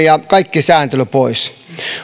ja kaikki sääntely pois